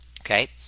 okay